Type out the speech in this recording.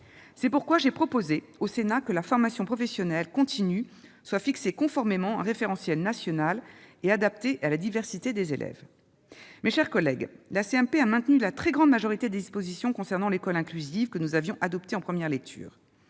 C'est pourquoi j'ai proposé au Sénat que leur formation professionnelle continue soit fixée conformément à un référentiel national et adaptée à la diversité des élèves. Mes chers collègues, la CMP a maintenu la très grande majorité des dispositions concernant l'école inclusive que nous avions adoptées en première lecture.